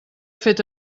fet